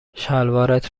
شلوارت